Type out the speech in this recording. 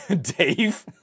Dave